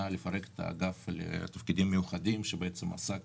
לפרק את האגף לתפקידים מיוחדים שעסק